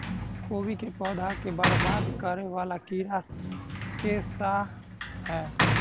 कोबी केँ पौधा केँ बरबाद करे वला कीड़ा केँ सा है?